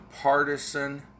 partisan